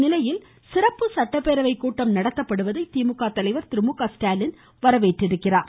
இந்நிலையில் சிறப்பு சட்டப்பேரவை கூட்டம் நடத்தப்படுவதை திமுக தலைவர் திரு மு க ஸ்டாலின் வரவேற்றிருக்கிறார்